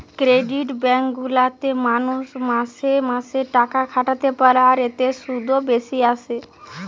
credit bank গুলা তে মানুষ মাসে মাসে টাকা খাটাতে পারে আর এতে শুধও বেশি আসে